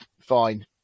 fine